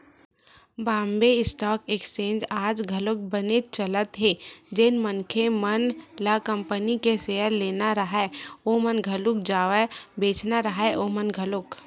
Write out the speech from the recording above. Bombay stock exchange आज घलोक बनेच चलत हे जेन मनखे मन ल कंपनी के सेयर लेना राहय ओमन घलोक जावय बेंचना राहय ओमन घलोक